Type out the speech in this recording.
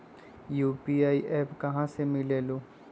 UPI app कहा से मिलेलु?